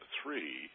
three